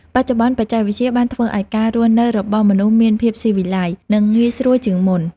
បច្ចុប្បន្ន បច្ចេកវិទ្យាបានធ្វើឱ្យការរស់នៅរបស់មនុស្សមានភាពស៊ីវិល័យ និងងាយស្រួលជាងមុន។